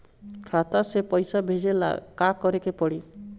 खाता से पैसा भेजे ला का करे के पड़ी?